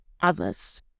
others